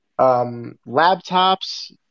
laptops